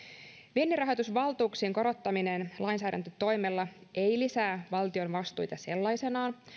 vienninrahoitusvaltuuksien korottaminen lainsäädäntötoimella ei lisää valtion vastuita sellaisenaan